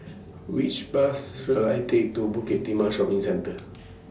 Which Bus should I Take to Bukit Timah Shopping Centre